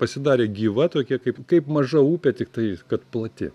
pasidarė gyva tokia kaip kaip maža upė tiktai kad plati